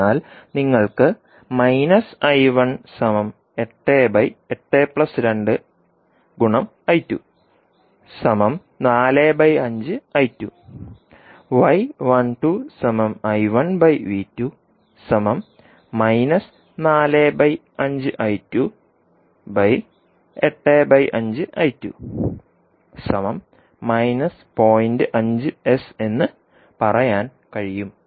അതിനാൽ നിങ്ങൾക്ക് എന്ന് പറയാൻ കഴിയും